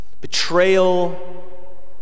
betrayal